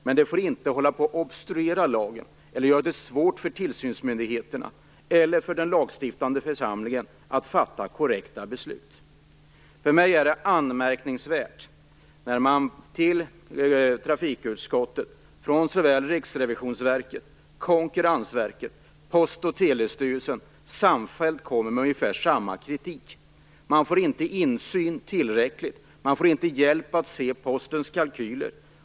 Men man får inte obstruera lagen eller göra det svårt för tillsynsmyndigheterna eller den lagstiftande församlingen att fatta korrekta beslut. För mig är det anmärkningsvärt när man till trafikutskottet från såväl Riksrevisionsverket och Konkurrensverket som Post och telestyrelsen samfällt kommer med ungefär samma kritik. Kritiken gäller att man inte får tillräcklig insyn och hjälp att se Postens kalkyler.